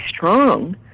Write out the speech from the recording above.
strong